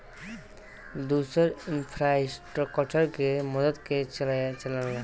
दुसर इन्फ़्रास्ट्रकचर के मदद से चलेला